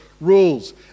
rules